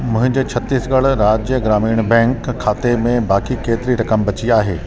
मुंहिंजे छत्तीसगढ़ राज्य ग्रामीण बैंक खाते में बाक़ी केतिरी रक़म बची आहे